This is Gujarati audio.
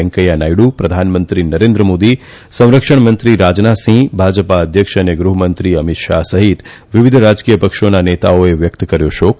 વૈકૈથા નાયડુ પ્રધાનમંત્રી નરેન્દ્ર મોદી સંરક્ષણ મંત્રી રાજનાથસિંહ ભાજપા ધ્યક્ષ ને ગૃહમંત્રી મિત શાહ સહિત વિવિધ રાજકીય પક્ષોના નેતાઓએ વ્યકત કર્યો શોક